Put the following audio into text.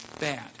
bad